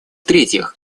третьих